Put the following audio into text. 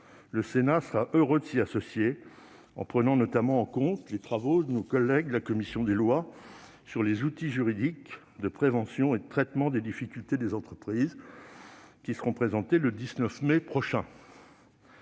Le Sénat sera heureux de s'y associer, en prenant notamment en compte les travaux de nos collègues de la commission des lois sur les outils juridiques de prévention et de traitement des difficultés des entreprises, qui seront présentés le 19 mai prochain.